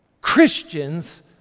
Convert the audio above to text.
Christians